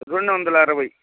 రెండు వందల అరవై